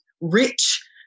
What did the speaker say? rich